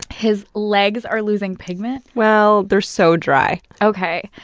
his legs are losing pigment? well, they're so dry. okay.